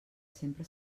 sempre